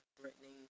threatening